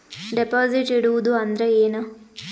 Deposit ಇಡುವುದು ಅಂದ್ರ ಏನ?